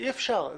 אי אפשר.